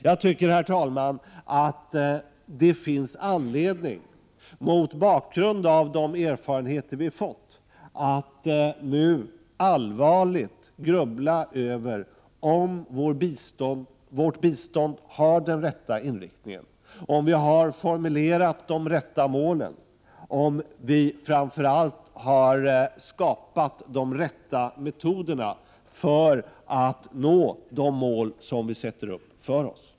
Jag tycker, herr talman, att det finns anledning, mot bakgrund av de erfarenheter som vi har fått, att nu allvarligt grubbla över om Sveriges bistånd har den rätta inriktningen, om vi i Sverige har formulerat de rätta målen, om vi framför allt har skapat de rätta metoderna för att nå de mål som vi sätter upp för oss.